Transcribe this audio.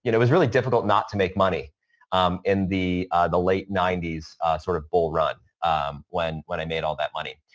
you know it was really difficult not to make money in the the late ninety s sort of bull run when when i made all that money,